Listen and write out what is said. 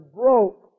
broke